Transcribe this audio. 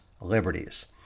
liberties